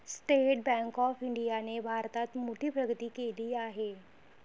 state Bank of इंडियाने भारतात मोठी प्रगती केली आहे